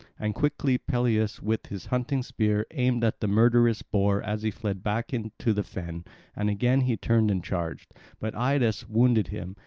and quickly peleus with his hunting spear aimed at the murderous boar as he fled back into the fen and again he turned and charged but idas wounded him,